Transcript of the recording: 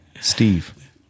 Steve